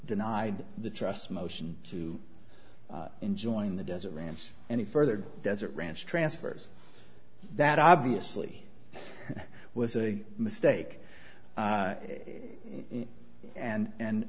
denied the trust motion to enjoin the desert ranch any further desert ranch transfers that obviously was a mistake and a